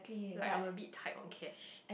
like I'm a bit tight on cash